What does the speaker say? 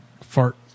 Fart